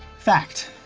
fact.